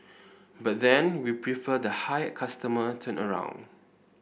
but then we prefer the high customer turnaround